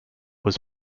was